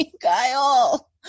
Kyle